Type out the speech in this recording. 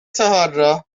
چهارراه